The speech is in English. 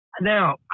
Now